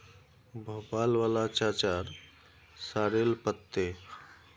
भोपाल वाला चाचार सॉरेल पत्ते